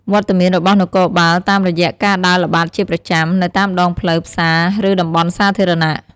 វត្តមានរបស់នគរបាលតាមរយៈការដើរល្បាតជាប្រចាំ នៅតាមដងផ្លូវ ផ្សារ ឬតំបន់សាធារណៈ។